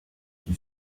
qui